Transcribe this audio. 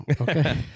Okay